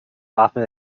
often